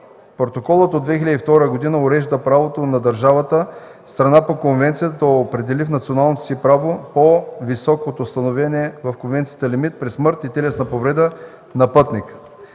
Протоколът от 2002 г. урежда правото държава – страна по конвенцията, да определи в националното си право по-висок от установения в конвенцията лимит при смърт и телесна повреда на пътник.